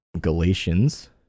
Galatians